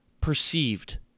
perceived